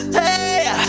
hey